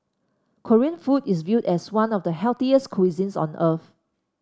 Korean food is viewed as one of the healthiest cuisines on earth